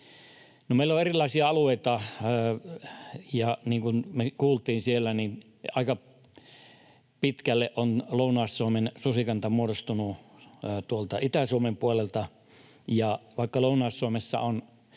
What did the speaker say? Meillä on erilaisia alueita, ja niin kuin me kuultiin siellä, niin aika pitkälle on Lounais-Suomen susikanta muodostunut tuolta Itä-Suomen puolelta. Ja vaikka Lounais-Suomessa